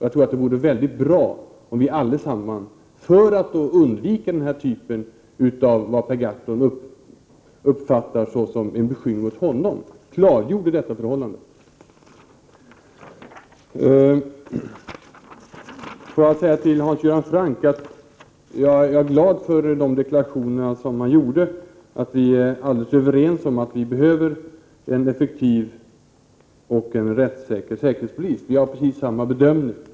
Jag tror att det vore väldigt bra om vi allesamman klargjorde detta förhållande för att därmed minska den typen av, som Per Gahrton uppfattade det, personliga beskyllningar. Till Hans Göran Franck vill jag säga att jag är glad för de deklarationer som han gjorde. Vi är överens om att vi behöver en effektiv och rättssäker säkerhetspolis. Vi har precis samma bedömning.